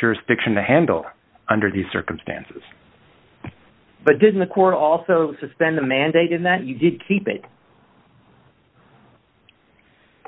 jurisdiction to handle under the circumstances but didn't the court also suspend the mandate in that you didn't keep it